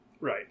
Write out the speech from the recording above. Right